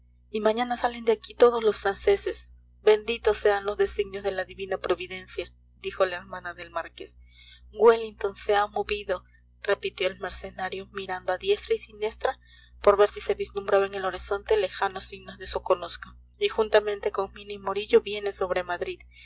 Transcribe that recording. y mañana salen de aquí todos los franceses benditos sean los designios de la divina providencia dijo la hermana del marqués wellington se ha movido repitió el mercenario mirando a diestra y siniestra por ver si se vislumbraban en el horizonte lejanos signos de soconusco y juntamente con mina y morillo viene sobre madrid